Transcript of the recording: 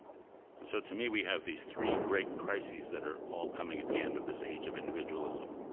and so to me, we have these three great crises that are all coming at the end of this age of individualism.